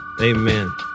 Amen